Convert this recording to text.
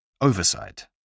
Oversight